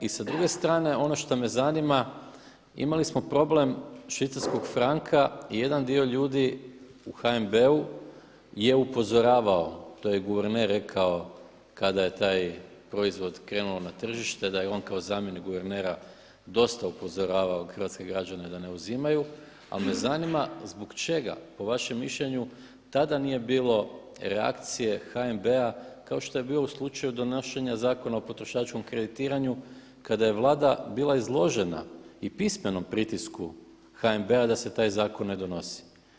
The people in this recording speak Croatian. I sa druge strane ono što me zanima, imali smo problem švicarskog franka i jedan dio ljudi u HNB-u je upozoravao da je guverner rekao kada je taj proizvod krenuo na tržište da je on kao zamjenik guvernera dosta upozoravao hrvatske građane da ne uzimaju, ali me zanima zbog čega po vašem mišljenju tada nije bilo reakcije HNB-a kao što je bio u slučaju donošenja Zakona o potrošačkom kreditiranju kada je Vlada bila izložena i pismenom pritisku HNB da se taj zakon ne donosi.